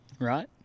right